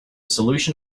solution